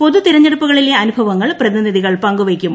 പൊതു തിരഞ്ഞെടുപ്പുകളിലെ അനുഭവങ്ങൾ പ്രതിനിധികൾ പങ്കുവയ്ക്കും